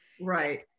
Right